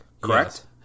correct